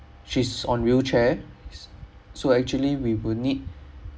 she's on wheelchair s~ so actually we will need